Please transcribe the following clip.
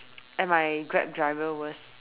and my Grab driver was